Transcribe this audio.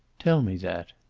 tell me that.